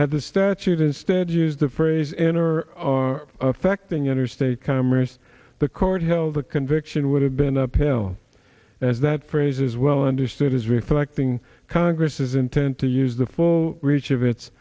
had the statute instead is the phrase in or are affecting interstate commerce the court held the conviction would have been uphill as that phrase is well understood as reflecting congress intent to use the full reach of it